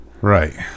Right